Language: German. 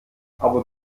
aber